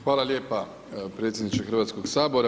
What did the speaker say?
Hvala lijepa predsjedniče Hrvatskoga sabora.